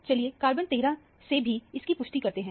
चलिए कार्बन 13 से भी इसकी पुष्टि करते हैं